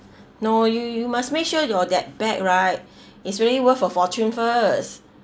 no you you must make sure your that bag right is really worth for fortune first